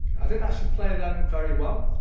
i didn't actually play them very well,